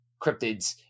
cryptids